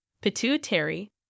pituitary